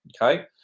Okay